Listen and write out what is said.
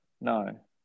No